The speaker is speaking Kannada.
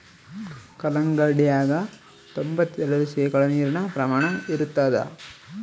ಕಲ್ಲಂಗಡ್ಯಾಗ ತೊಂಬತ್ತೆರೆಡು ಶೇಕಡಾ ನೀರಿನ ಪ್ರಮಾಣ ಇರತಾದ